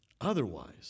otherwise